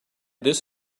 this